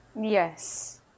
Yes